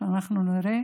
כשאנחנו נראה